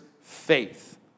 faith